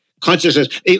Consciousness